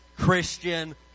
christian